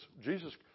Jesus